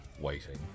waiting